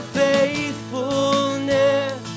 faithfulness